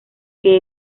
que